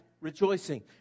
rejoicing